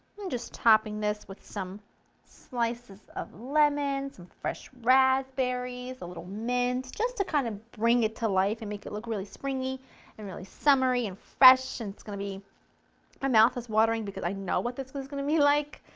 i'm just topping this with some slices of lemons, some fresh raspberries, a little mint, just to kind of bring it to live and make it look really springy and really summery and fresh, and it's going to be my mouth is watering because i know what this is going to be like.